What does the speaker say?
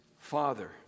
father